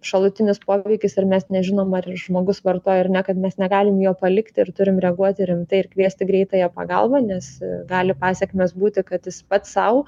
šalutinis poveikis ir mes nežinom ar žmogus vartoja ar ne kad mes negalim jo palikti ir turim reaguoti rimtai ir kviesti greitąją pagalbą nes gali pasekmės būti kad jis pats sau